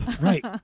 right